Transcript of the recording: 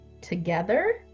together